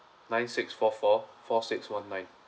nine six four four four six one nine